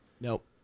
Nope